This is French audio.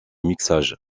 mixage